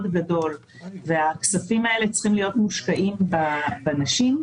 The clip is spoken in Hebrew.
גדול והכספים האלה צריכים להיות מושקעים בנשים,